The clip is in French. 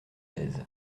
seize